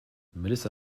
melissa